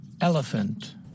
Elephant